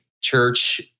church